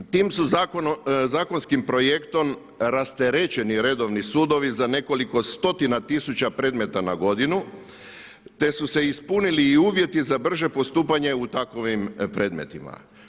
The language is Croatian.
Tim su zakonskim projektom rasterećeni redovni sudovi za nekoliko stotina tisuća predmeta na godinu te su se i ispunili i uvjeti za brže postupanje u takvim predmetima.